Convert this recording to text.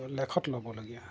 লেখত ল'বলগীয়া